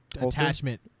Attachment